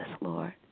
Lord